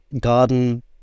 garden